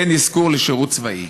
אין אזכור לשירות צבאי.